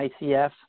ICF